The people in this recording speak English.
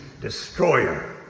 destroyer